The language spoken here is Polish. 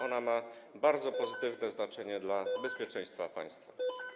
Ona ma bardzo pozytywne znaczenie dla bezpieczeństwa państwa.